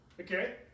Okay